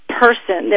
person